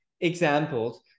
examples